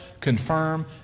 confirm